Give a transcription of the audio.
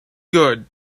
good